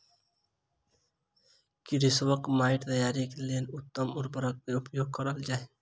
कृषकक माइट तैयारीक लेल उत्तम उपकरण केउपयोग करबाक चाही